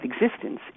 existence